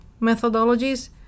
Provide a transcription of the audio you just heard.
methodologies